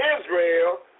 Israel